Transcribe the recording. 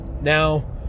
now